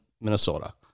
Minnesota